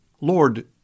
Lord